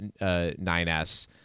9s